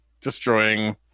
destroying